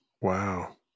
Wow